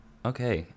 Okay